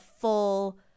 full